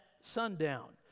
sundown